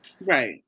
right